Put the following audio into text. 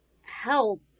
help